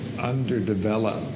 underdeveloped